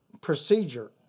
procedure